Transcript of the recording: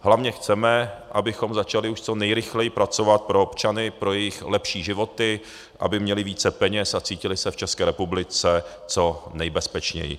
Hlavně chceme, abychom začali už co nejrychleji pracovat pro občany, pro jejich lepší životy, aby měli více peněz a cítili se v České republice co nejbezpečněji.